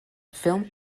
film